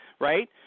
right